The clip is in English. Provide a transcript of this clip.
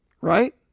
Right